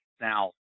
now